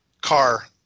car